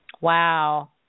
Wow